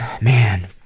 man